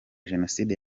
jenoside